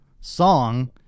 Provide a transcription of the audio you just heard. song